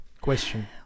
question